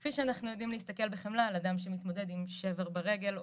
כפי שאנחנו יודעים להסתכל בחמלה עם אדם שמתמודד עם שבר ברגל,